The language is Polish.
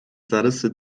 zarysy